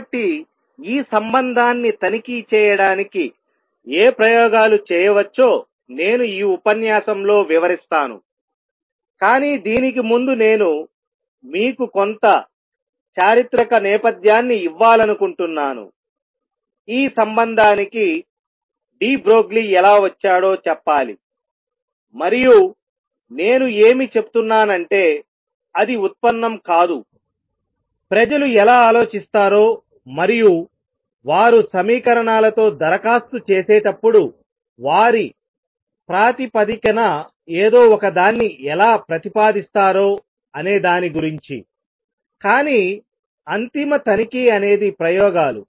కాబట్టి ఈ సంబంధాన్ని తనిఖీ చేయడానికి ఏ ప్రయోగాలు చేయవచ్చో నేను ఈ ఉపన్యాసంలో వివరిస్తాను కానీ దీనికి ముందు నేను మీకు కొంత చారిత్రక నేపథ్యాన్ని ఇవ్వాలనుకుంటున్నాను ఈ సంబంధానికి డి బ్రోగ్లీ ఎలా వచ్చాడో చెప్పాలిమరియు నేను ఏమి చెప్తున్నాను అంటే అది ఉత్పన్నం కాదు ప్రజలు ఎలా ఆలోచిస్తారో మరియు వారు సమీకరణాలతో దరఖాస్తు చేసేటప్పుడు వారి ప్రాతిపదికన ఏదో ఒకదాన్ని ఎలా ప్రతిపాదిస్తారో అనేదాని గురించి కానీ అంతిమ తనిఖీ అనేది ప్రయోగాలు